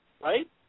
right